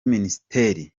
ministeri